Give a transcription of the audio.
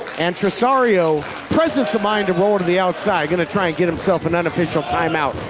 and tresario presence of mind to roll to the outside. gonna try and get himself an unofficial time out.